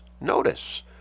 Notice